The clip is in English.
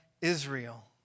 Israel